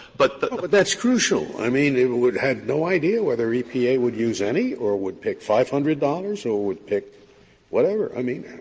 but that's crucial. i mean, it would have no idea whether epa would use any or would pick five hundred dollars or would pick whatever. i mean,